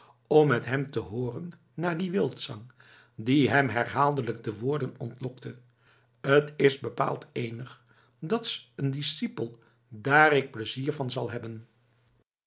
om met hem te hooren naar dien wildzang die hem herhaaldelijk de woorden ontlokte t is bepaald eenig dat's een discipel daar ik plezier van zal hebben